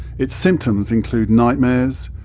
its symptoms include nightmares,